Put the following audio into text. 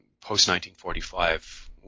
post-1945